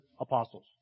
apostles